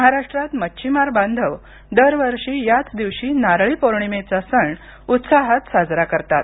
महाराष्ट्रात मच्छिमार बांधव दरवर्षी याच दिवशी नारळी पौर्णिमेचा सण उत्साहात साजरा करतात